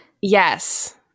Yes